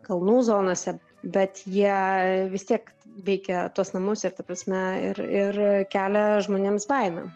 kalnų zonose bet jie vis tiek veikia tuos namus ir ta prasme ir ir kelia žmonėms baimę